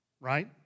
right